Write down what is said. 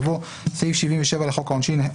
יבוא "סעיף 77 לחוק העונשין,